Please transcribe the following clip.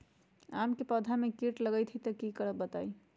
आम क पौधा म कीट लग जई त की करब बताई?